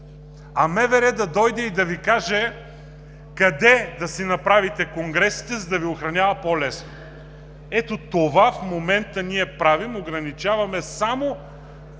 а МВР да дойде и да Ви каже къде да си направите конгресите, за да Ви охранява по-лесно. Ето това в момента ние правим – ограничаваме